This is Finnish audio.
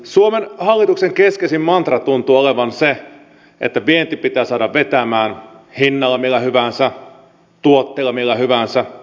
suomen hallituksen keskeisin mantra tuntuu olevan se että vienti pitää saada vetämään hinnalla millä hyvänsä tuotteella millä hyvänsä